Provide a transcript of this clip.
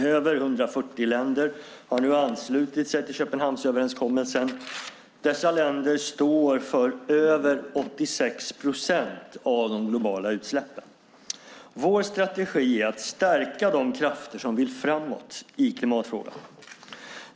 Över 140 länder har nu anslutit sig till Köpenhamnsöverenskommelsen. Dessa länder står för över 86 procent av de globala utsläppen. Vår strategi är att stärka de krafter som vill framåt i klimatfrågan.